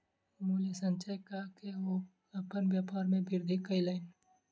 मूल्य संचय कअ के ओ अपन व्यापार में वृद्धि कयलैन